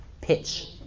pitch